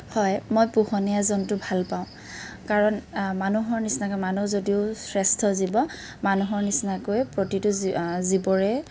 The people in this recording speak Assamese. হয় মই পোহনীয়া জন্তু ভাল পাওঁ কাৰণ মানুহৰ নিচিনাকৈ মানুহ যদিও শ্ৰেষ্ঠ জীৱ মানুহৰ নিচিনাকৈ প্ৰতিটো জী জীৱৰে